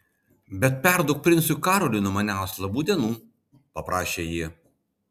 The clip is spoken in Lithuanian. bet perduok princui karoliui nuo manęs labų dienų paprašė ji